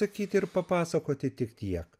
sakyti ir papasakoti tik tiek